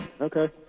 Okay